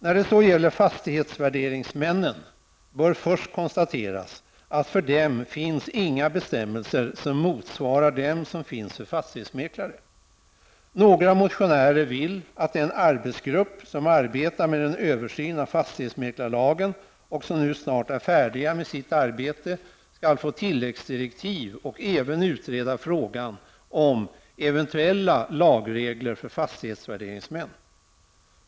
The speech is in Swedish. När det sedan gäller fastighetsvärderingsmännen bör det först konstateras att för dem finns inga bestämmelser som motsvarar dem som finns för fastighetsmäklare. Några motionärer vill att den arbetsgrupp som arbetar med en översyn av fastighetsmäklarlagen, och som nu snart är färdig med sitt arbete, skall få tilläggsdirektiv och även utreda frågan om eventuella lagregler för fastighetsvärderingsmän.